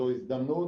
זו הזדמנות.